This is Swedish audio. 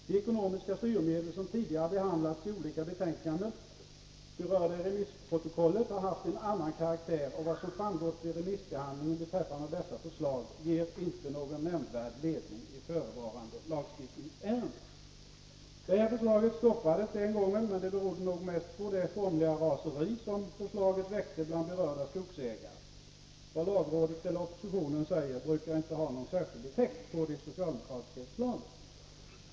De ekonomiska styrmedel som tidigare behandlats i olika betänkanden — berörda i remissprotokollet — har haft en annan karaktär, och vad som framgått vid remissbehandlingen beträffande dessa förslag ger inte någon nämnvärd ledning i förevarande lagstiftningsärende.” Det här förslaget stoppades den gången, men det berodde nog mest på det formliga raseri som förslaget väckte bland berörda skogsägare. Vad lagrådet eller oppositionen säger brukar inte ha någon särskild effekt på de socialdemokratiska förslagen.